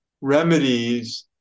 remedies